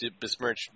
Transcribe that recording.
besmirch